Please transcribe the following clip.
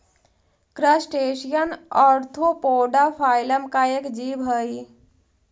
crustacean arthropoda phylum का एक जीव हई